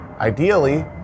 ideally